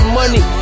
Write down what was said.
money